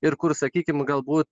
ir kur sakykim galbūt